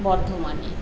বর্ধমানে